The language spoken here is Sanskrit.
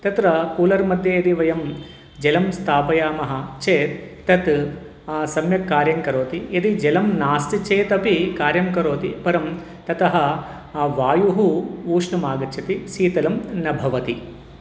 तत्र कूलर् मध्ये यदि वयं जलं स्थापयामः चेत् तत् सम्यक् कार्यं करोति यदि जलं नास्ति चेदपि कार्यं करोति परं ततः वायुः उष्णमागच्छति शीतलं न भवति